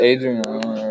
Adrian